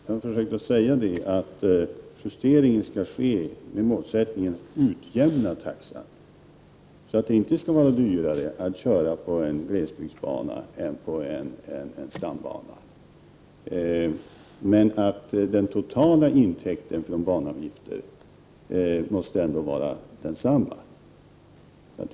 Herr talman! Jag har tydligen uttryckt mig otydigt. Jag försökte säga att justeringen skall ske med målet att taxan skall utjämnas, så att det inte skall vara dyrare att köra på en glesbygdsbana än på stambanan. Men den totala intäkten från banavgifter måste ändå vara densamma.